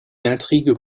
intrigue